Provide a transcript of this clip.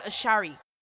Ashari